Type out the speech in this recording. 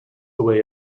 away